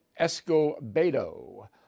Escobedo